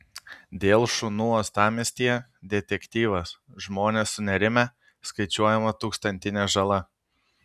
dėl šunų uostamiestyje detektyvas žmonės sunerimę skaičiuojama tūkstantinė žala